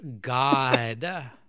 god